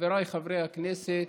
חבריי חברי הכנסת,